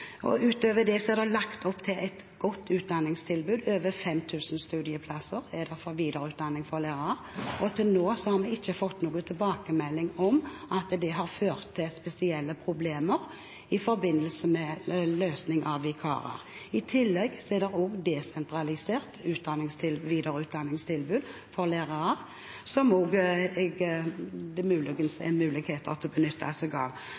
det er det lagt opp til et godt utdanningstilbud med over 5 000 studieplasser for videreutdanning av lærere. Til nå har vi ikke fått noen tilbakemeldinger om at dette har ført til spesielle problemer i forbindelse med løsninger med vikarer. I tillegg er det et desentralisert videreutdanningstilbud for lærere som det er mulig å benytte seg av.